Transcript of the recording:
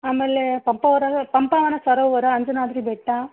ಆಮೇಲೆ ಪಂಪವನ ಪಂಪವನ ಸರೋವರ ಅಂಜನಾದ್ರಿ ಬೆಟ್ಟ